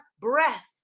breath